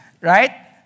right